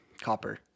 copper